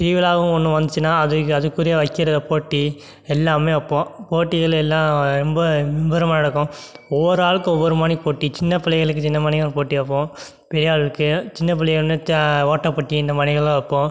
திருவிழாவு ஒன்று வந்துச்சின்னா அதுக்கு அதுக்குரிய வைக்கிறதை போட்டி எல்லாமே வைப்போம் போட்டிகள் எல்லாம் ரொம்ப மும்மரமாக நடக்கும் ஒவ்வொரு ஆளுக்கும் ஒவ்வொருமாரி போட்டி சின்ன பிள்ளைங்களுக்கு சின்னமாரியான போட்டி வைப்போம் பெரிய ஆளுகளுக்கு சின்ன பிள்ளைய வந்து த ஓட்டப் போட்டி இந்த மாரியெல்லாம் வைப்போம்